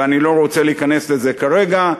ואני לא רוצה להיכנס לזה כרגע.